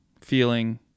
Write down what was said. feeling